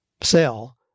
sell